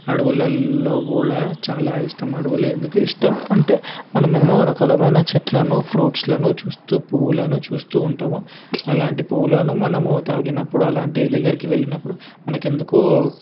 అడవులల్లో కూడ చాలా ఇష్టం అడవులు ఎందుకు ఇష్టం అంటే మనం ఎన్నో రకాలైనా చెట్లను ఫ్రూట్స్లను చూస్తూ పూవులను చూస్తూ ఉంటాము అలాంటి పూలను మనము తాకినప్పుడు అలాంటి దగ్గరకి వెళ్లినప్పుడు మనకి ఎందుకో